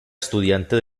estudiante